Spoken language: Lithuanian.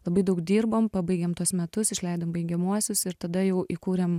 labai daug dirbom pabaigėm tuos metus išleidom baigiamuosius ir tada jau įkūrėm